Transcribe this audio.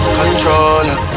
controller